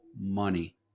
money